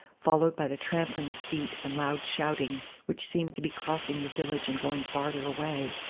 followed by the trampling of feet and loud shouting, which seemed to be crossing the village and going farther away.